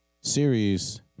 series